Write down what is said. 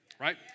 Right